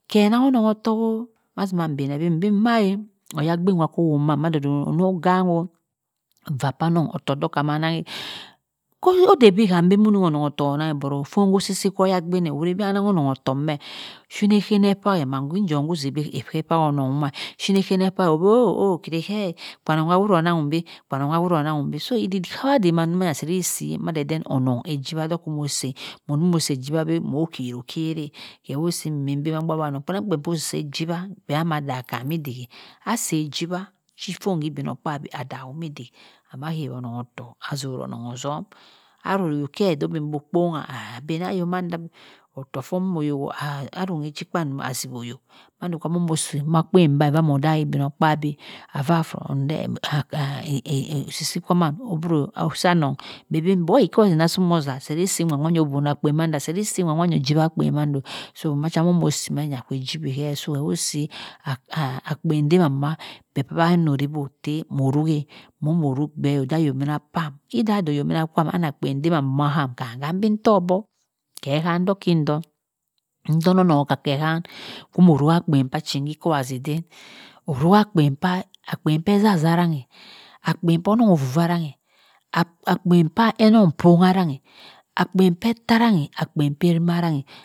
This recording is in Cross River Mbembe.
Keh onangho ong ottoh mazima mbenebi mmah eh oya gbiri amoh woh ma madeden onoh gangho va phanong ottoh bhe kha ma nanghe odebi ham benibi tteh onionong ottoh onangha ofowu si si kho oyagbin eh oyhuri bi anang onong ottoh oshini eko okphahe meh maan njom bi ekho okphahe onong duma shini ekoh ekphahe obi oho ho keni he kwanong duma onang hum bi kwanong duma onanghum bi so iddik kawa daman duah seh di si madeden onong ejiwa dokomoseh moh omoh seh ejiwa bi moh kerokereh kwo si mmbi baha anong, onong kpienanag kpien ko si seh jiwa beh mah dha iddike a seh ejiwa shi kpong kah igbin ogkabi aduhumudik amah hawononh otok azoroh onong ozum aruyo keh kho membo okpongha ah benayo mander bi otok mumoyo aronghe chikpa asi ohyo madoh kahmomo sweet mah kpien bha ovah moh don moh daigbmogkabi avah from dhe esi si kwa maan osah anonh bhe bin okwowazi kwomo zha kede si nwa manya si owonah akpien manya seh dey si nwa manya ojiwa kpien mando so macha momo si menya kwe jiwi heh kewo si akar akpien damanduma per kpuwa teh moh rueh teh moh moh ruk teh ayomina kwam beh deh ayo mina kpam ani akpien demamba aham kam bin tohbuk keh ehan du kin dum ndur anong okar keh hang kwo moh ruah kpien kah cha eni kwowazi eden oruahakpien kpa akpien kwezaza aranghe akpien koonong ovu vu aranghe akpien kpa enong kpongha aranghe akpien keh ttah aranghe akpien keh arima aranghe